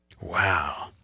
Wow